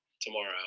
tomorrow